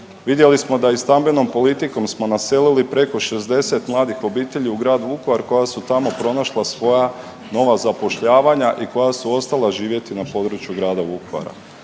Vidjeli smo da i stambenom politikom smo naselili preko 60 mladih obitelji u grad Vukovar koja su tamo pronašla svoja nova zapošljavanja i koja su ostala živjeti na području grada Vukovara.